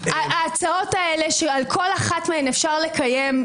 ההצעות האלה שעל כל אחת מהן אפשר היה לקיים דיון